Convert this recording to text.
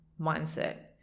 mindset